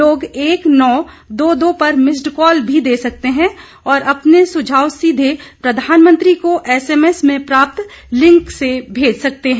लोग एक नौ दो दो पर मिस्ड कॉल भी दे सकते हैं और अपने सुझाव सीधे प्रधानमंत्री को एसएमएस में प्राप्त लिंक से भेज सकते हैं